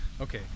okay